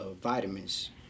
vitamins